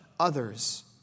Others